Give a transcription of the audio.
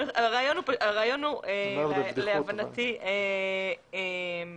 להבנתי הרעיון הוא